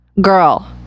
Girl